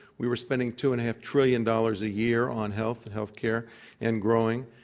we were spending two and a half trillion dollars a year on health and health care and growing,